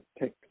take